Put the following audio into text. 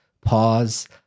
pause